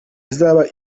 izaba